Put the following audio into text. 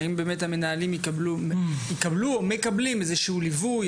האם באמת המנהלים קיבלו או מקבלים ליווי?